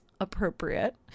appropriate